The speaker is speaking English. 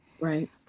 Right